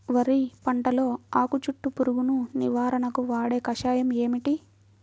వరి పంటలో ఆకు చుట్టూ పురుగును నివారణకు వాడే కషాయం ఏమిటి?